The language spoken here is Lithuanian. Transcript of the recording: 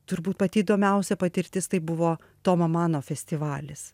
turbūt pati įdomiausia patirtis tai buvo tomo mano festivalis